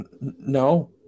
No